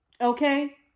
okay